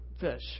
fish